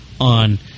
on